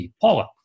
paula